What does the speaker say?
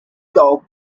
thou